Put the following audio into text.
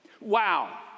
Wow